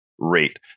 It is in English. rate